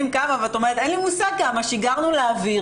מהשטח.